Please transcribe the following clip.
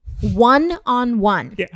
One-on-one